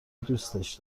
دوستش